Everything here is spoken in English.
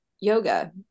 yoga